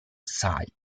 side